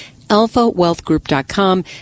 alphawealthgroup.com